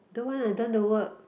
don't want I don't want to work